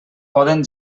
poden